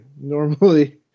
Normally